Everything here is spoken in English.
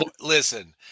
listen